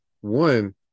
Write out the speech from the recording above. One